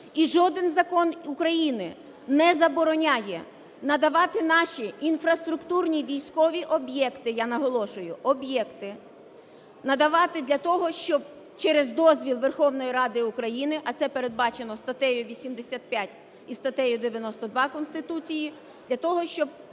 І жодний закон України не забороняє надавати наші інфраструктурні військові об'єкти, я наголошую, об'єкти надавати для того, щоб через дозвіл Верховної Ради України, а це передбачено статтею 85 і статтею 92 Конституції, для того, щоб